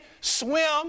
swim